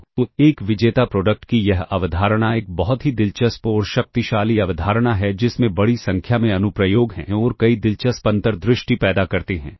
तो एक विजेता प्रोडक्ट की यह अवधारणा एक बहुत ही दिलचस्प और शक्तिशाली अवधारणा है जिसमें बड़ी संख्या में अनुप्रयोग हैं और कई दिलचस्प अंतर्दृष्टि पैदा करते हैं